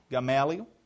Gamaliel